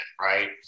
right